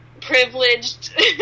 privileged